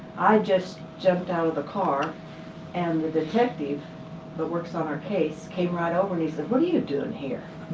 just jumped out of the car and the detective that works on our case came right over and he said, what are you doing here?